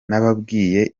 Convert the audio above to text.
nababwiye